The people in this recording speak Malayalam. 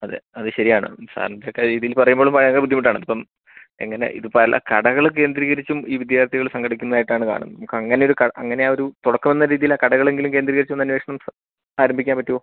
അതെ അത് ശരിയാണ് സാറിൻ്റെ ഒക്കെ ഒരു രീതിയിൽ പറയുമ്പോളും ഭയങ്കര ബുദ്ധിമുട്ടാണ് ഇപ്പം എങ്ങനെ ഇത് പല കടകൾ കേന്ദ്രീകരിച്ചും ഈ വിദ്യാർത്ഥികൾ സംഘടിക്കുന്നതായിട്ടാണ് കാണുന്നത് നമുക്ക് അങ്ങനെ ഒരു അങ്ങനെ ആ ഒരു തുടക്കം എന്ന രീതിയിൽ കടകളെങ്കിലും കേന്ദ്രികരിച്ചൊരന്വേഷണം ആരംഭിക്കാൻ പറ്റുമോ